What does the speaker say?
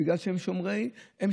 זה בגלל שהם שומרים כשרות,